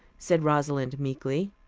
said rosalind meekly.